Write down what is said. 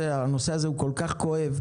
הנושא הזה הוא כל כך כואב,